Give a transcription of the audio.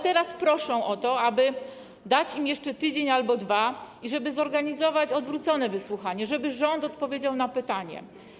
Teraz proszą o to, aby dać im jeszcze tydzień albo dwa, żeby zorganizować odwrócone wysłuchanie, żeby rząd odpowiedział na pytania.